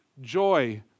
joy